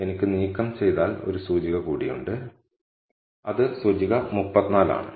എനിക്ക് നീക്കം ചെയ്യാൻ ഒരു സൂചിക കൂടിയുണ്ട് അത് സൂചിക 34 ആണ്